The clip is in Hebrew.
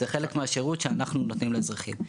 זה חלק מהשירות שאנחנו נותנים לאזרחים.